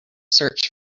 search